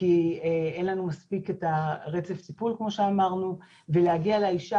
כי אין לנו מספיק את הרצף טיפול כמו שאמרנו ולהגיע לאשה